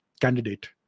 candidate